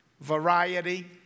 variety